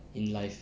in life